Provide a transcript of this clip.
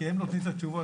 כי הם נותנים את התשובות.